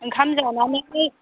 ओंखाम जानानै